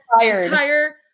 entire